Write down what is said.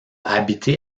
habité